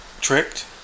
tricked